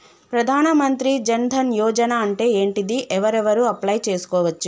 ప్రధాన మంత్రి జన్ ధన్ యోజన అంటే ఏంటిది? ఎవరెవరు అప్లయ్ చేస్కోవచ్చు?